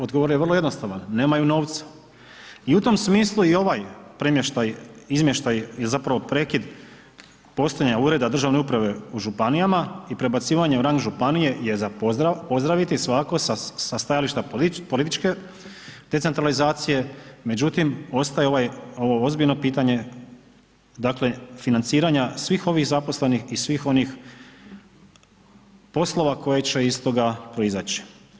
Odgovor je vrlo jednostavan, nemaju novca i u tom smislu i ovaj premještaj, izmještaj je zapravo prekid postojanja ureda državne uprave u županijama i prebacivanje u rang županije je za pozdraviti svakako sa stajališta političke decentralizacije, međutim ostaje ovaj, ovo ozbiljno pitanje dakle financiranja svih ovih zaposlenih i svih onih poslova koji će iz toga proizaći.